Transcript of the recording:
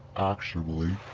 actually,